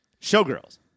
showgirls